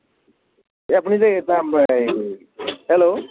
এই আপুনি যে এই হেল্ল'